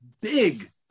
big